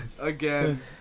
Again